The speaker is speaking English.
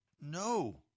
No